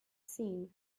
seen